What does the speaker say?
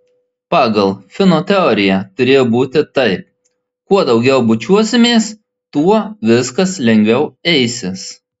pagal fino teoriją turėjo būti taip kuo daugiau bučiuosimės tuo viskas lengviau eisis